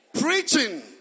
preaching